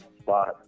spot